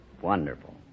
Wonderful